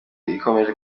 ikomeje